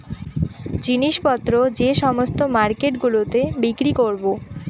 জিনিস পত্র যে সমস্ত মার্কেট গুলোতে বিক্রি করবো